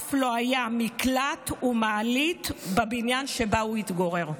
ואף לא היו מקלט ומעלית בבניין שבו התגורר.